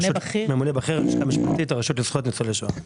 ממונה בכיר בלשכה המשפטית של הרשות לזכויות ניצולי שואה.